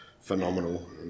phenomenal